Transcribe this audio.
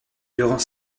durant